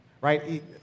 right